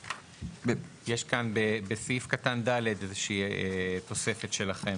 יש כאן בסעיף קטן ד' איזושהי תוספת שלכם.